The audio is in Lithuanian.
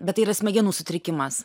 bet tai yra smegenų sutrikimas